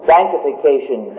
Sanctification